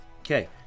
Okay